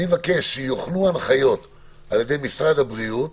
אני מבקש שיוכנו הנחיות על ידי משרד הבריאות